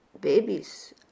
babies